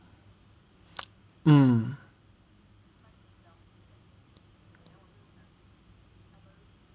mm